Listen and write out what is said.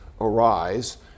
arise